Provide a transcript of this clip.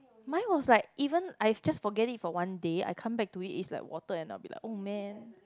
mine was like even I've just forget it for one day I come back to it it's like water and I will be like oh man